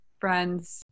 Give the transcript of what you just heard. friends